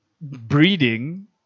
Breeding